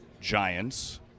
Giants